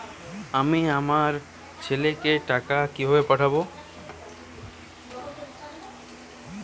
আমি আমার ছেলেকে টাকা কিভাবে পাঠাব?